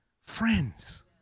friends